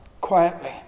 quietly